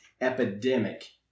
epidemic